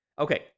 Okay